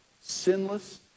sinless